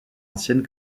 ancienne